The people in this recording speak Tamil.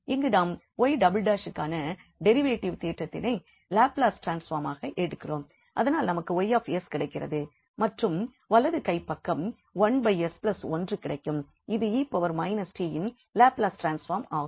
இங்கு நாம் 𝑦′′இக்கான டெரிவேட்டிவ் தேற்றத்தினை லாப்லஸ் ட்ரான்ஸ்பார்மாக எடுக்கிறோம் அதனால் நமக்கு 𝑌𝑠 கிடைக்கிறது மற்றும் வலது கைப் பக்கம் 1s1 கிடைக்கும் அது 𝑒−𝑡 இன் லாப்லஸ் ட்ரான்ஸ்பார்ம் ஆகும்